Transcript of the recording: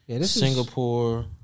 Singapore